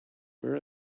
where